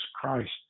Christ